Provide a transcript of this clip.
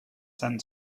tend